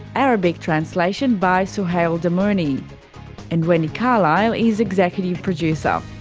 arabic translation by suheil damouny and wendy carlisle is executive producer.